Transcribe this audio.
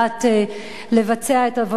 לבצע את עבודתו.